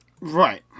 Right